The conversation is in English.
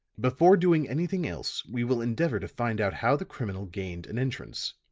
before doing anything else we will endeavor to find out how the criminal gained an entrance.